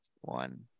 one